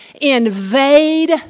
invade